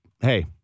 hey